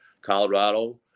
Colorado